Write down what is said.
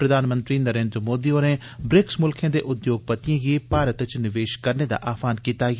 प्रधानमंत्री नरेन्द्र मोदी होरें ब्रिक्स मुल्खे दे उद्योगपतियें गी भारत च निवेश करने दा आहवान कीता ऐ